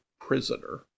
prisoner